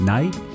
Night